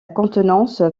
contenance